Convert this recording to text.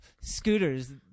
Scooters